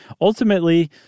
ultimately